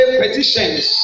petitions